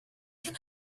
can